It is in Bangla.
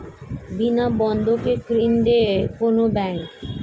বিনা বন্ধকে ঋণ দেয় কোন ব্যাংক?